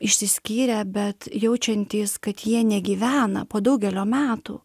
išsiskyrę bet jaučiantys kad jie negyvena po daugelio metų